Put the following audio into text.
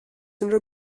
unrhyw